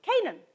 Canaan